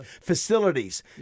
facilities